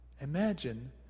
Imagine